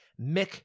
Mick